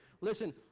listen